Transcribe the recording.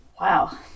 wow